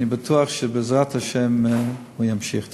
אני בטוח שבעזרת השם הוא ימשיך.